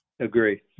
Agree